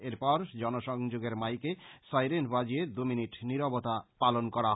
এরপর জনসংযোগের মাইকে সাইরেন বাজিয়ে দু মিনিট নিরবতা পালন করা হয়